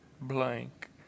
blank